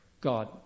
God